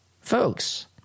Folks